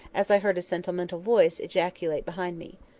as i heard a sentimental voice ejaculate behind me.